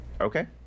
okay